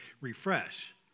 refresh